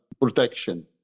protection